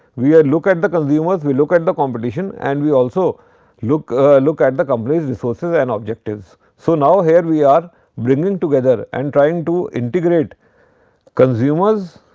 we look at the consumers, we look at the competition and we also look look at the company's resources and objectives. so, now here we are bringing together and trying to integrate consumers,